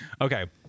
Okay